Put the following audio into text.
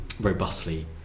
robustly